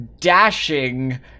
dashing